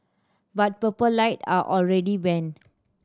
but Purple Light are already banned